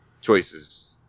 choices